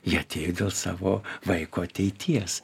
jie atėjo dėl savo vaiko ateities